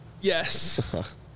Yes